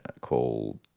called